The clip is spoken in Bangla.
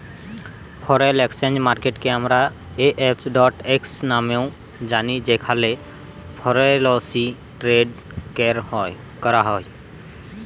ফরেল একসচেঞ্জ মার্কেটকে আমরা এফ.এক্স লামেও জালি যেখালে ফরেলসি টেরেড ক্যরা হ্যয়